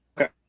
okay